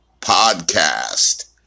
Podcast